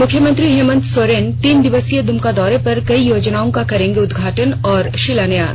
मुख्यमंत्री हेमंत सोरेन तीन दिवसीय दुमका दौरे पर कई योजनाओं का करेंगे उद्घाटन और शिलान्यास